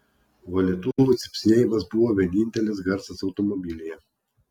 valytuvų cypsėjimas buvo vienintelis garsas automobilyje